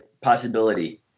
possibility